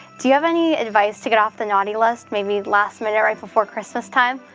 do you have any advice to get off the naughty list? maybe last-minute right before christmastime?